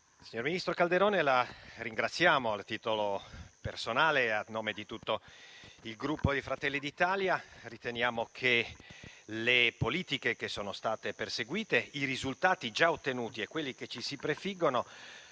Signor ministro Calderone, la ringraziamo a titolo personale e a nome di tutto il Gruppo Fratelli d'Italia. Riteniamo che le politiche che sono state perseguite, i risultati già ottenuti e quelli che ci si prefiggono